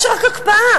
יש רק הקפאה.